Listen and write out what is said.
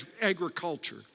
agriculture